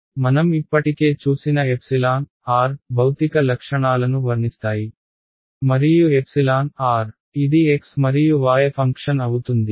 కాబట్టి మనం ఇప్పటికే చూసిన భౌతిక లక్షణాలను వర్ణిస్తాయి మరియు ఇది x మరియు y ఫంక్షన్ అవుతుంది